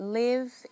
live